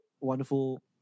wonderful